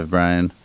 Brian